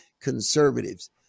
conservatives